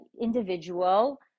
individual